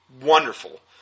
wonderful